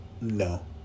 No